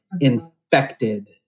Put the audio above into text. infected